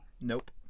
Nope